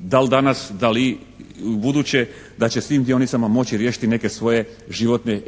da li danas, da li ubuduće da će s tim dionicama moći riješiti neke svoje životne,